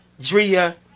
Drea